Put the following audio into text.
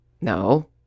No